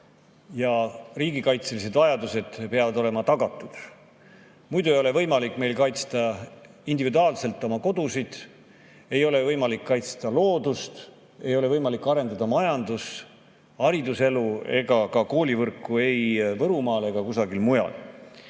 ja riigikaitselised vajadused peavad olema tagatud. Muidu ei ole võimalik meil kaitsta individuaalselt oma kodusid, ei ole võimalik kaitsta loodust, ei ole võimalik arendada majandust, hariduselu ega ka koolivõrku ei Võrumaal ega kusagil mujal. Aga